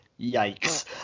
yikes